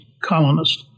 colonist